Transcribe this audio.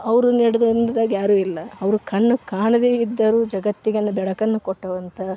ಅವರು ನಡೆದ ಯಾರೂ ಇಲ್ಲ ಅವ್ರಿಗೆ ಕಣ್ಣು ಕಾಣದೇ ಇದ್ದರೂ ಜಗತ್ತಿಗೆ ಬೆಳಕನ್ನು ಕೊಟ್ಟಂಥ